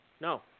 No